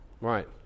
Right